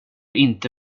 inte